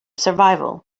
survival